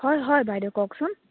হয় হয় বাইদ' কওকচোন